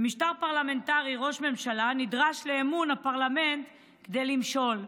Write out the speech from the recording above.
במשטר פרלמנטרי ראש ממשלה נדרש לאמון הפרלמנט כדי למשול.